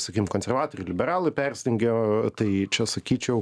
sakykim konservatoriai liberalai persidengia tai čia sakyčiau